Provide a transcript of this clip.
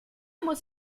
muss